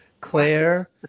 Claire